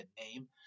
name